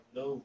no